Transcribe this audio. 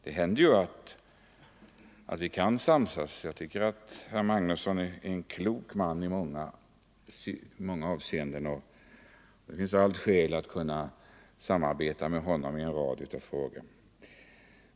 Det händer ju att vi kan samsas. Jag tycker att herr Magnusson är en klok man i många avseenden, och det finns alla skäl att samarbeta med honom i en rad frågor.